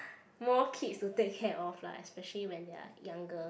more kids to take care of lah especially when they're younger